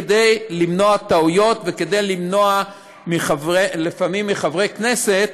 כדי למנוע טעויות וכדי למנוע לפעמים מחברי כנסת